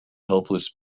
helpless